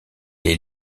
est